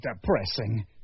depressing